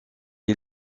est